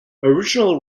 original